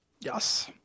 Yes